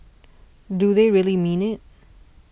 do they really mean it